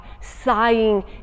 sighing